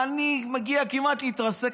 כי צריך